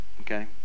okay